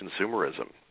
consumerism